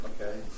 Okay